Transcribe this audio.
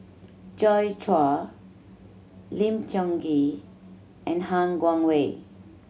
Joi Chua Lim Tiong Ghee and Han Guangwei